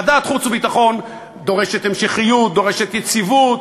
ועדת חוץ וביטחון דורשת המשכיות, דורשת יציבות,